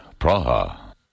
Praha